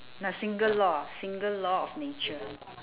a single law single law of nature